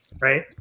Right